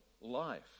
life